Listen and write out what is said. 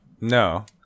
No